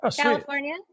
California